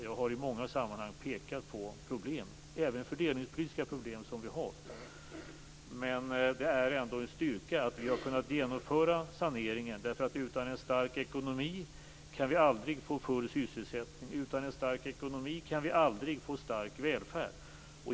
Jag har i många sammanhang pekat på problem, även fördelningspolitiska sådana, som vi har, men det är ändå en styrka att vi har kunnat genomföra saneringen. Utan en stark ekonomi kan vi aldrig få full sysselsättning. Utan en stark ekonomi kan vi heller aldrig få en stark välfärd.